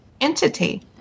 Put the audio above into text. entity